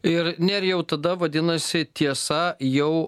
ir nerijau jau tada vadinasi tiesa jau